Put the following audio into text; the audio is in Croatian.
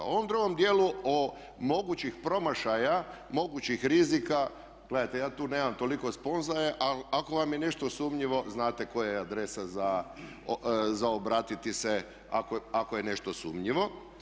U ovom drugom dijelu mogućih promašaja, mogućih rizika, gledajte ja tu nemam toliko spoznaja ali ako vam je nešto sumnjivo znate koja je adresa za obratiti se ako je nešto sumnjivo.